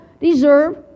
deserve